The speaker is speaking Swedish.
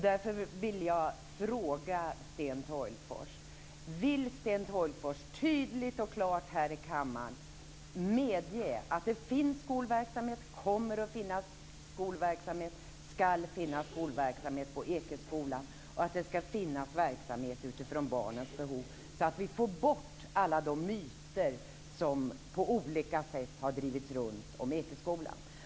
Därför vill jag fråga Sten Tolgfors: Vill Sten Tolgfors tydligt och klart här i kammaren medge att det finns skolverksamhet, kommer att finnas skolverksamhet, skall finnas skolverksamhet på Ekeskolan och att det ska finnas verksamhet utifrån barnens behov, så att vi får bort alla de myter som på olika sätt har drivits runt om Ekeskolan?